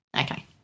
Okay